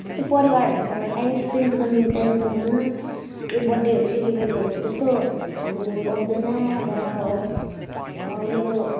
त्यस्तो परिवारहरूसँग time spent गर्नु टाइम पाउँदैन यो बर्थडेहरू सेलिब्रेट गर्नु त्यस्तो हामीले पाउँदैन र मेरो